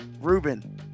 Ruben